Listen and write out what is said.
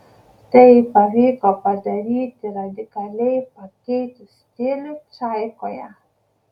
tai pavyko padaryti radikaliai pakeitus stilių čaikoje